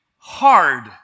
hard